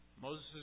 Moses